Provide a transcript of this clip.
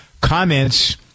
comments